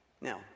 Now